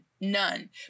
none